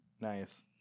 Nice